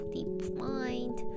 DeepMind